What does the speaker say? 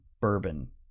Bourbon